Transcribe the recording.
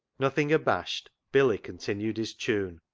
nothing abashed, billy continued his tune,